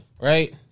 right